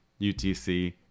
UTC